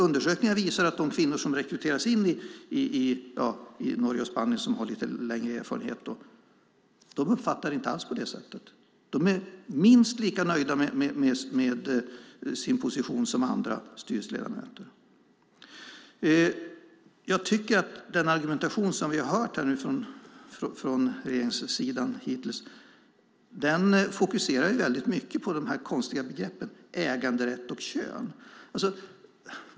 Undersökningar visar att de kvinnor som rekryterats - jag talar om Norge och Spanien, där man har lite längre erfarenhet av detta - för att klara kvoteringskrav är mycket nöjda med sin position som andra styrelseledamöter. Den argumentation som vi har hört från regeringssidan fokuserar mycket på de konstiga begreppen äganderätt och kön.